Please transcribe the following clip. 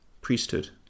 priesthood